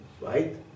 right